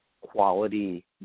quality